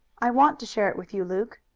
i want to share it with you, luke.